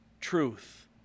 Truth